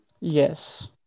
yes